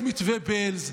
את מתווה בעלז,